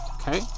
Okay